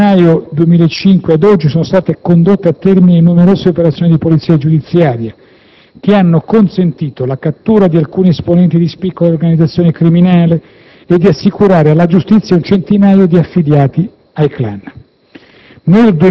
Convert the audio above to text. Dal gennaio 2005 ad oggi, sono state condotte a termine numerose operazioni di polizia giudiziaria, che hanno consentito la cattura di alcuni esponenti di spicco dell'organizzazione criminale e di assicurare alla giustizia un centinaio di affiliati del clan.